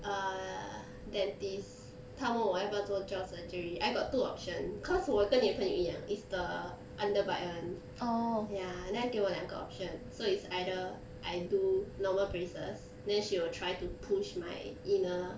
err dentist 他问我要不要做 jaw surgery I got two option cause 我跟你的朋友一样 is the underbite [one] ya then 他给我两个 option so it's either I do normal braces then she will try to push my inner